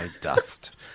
dust